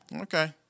okay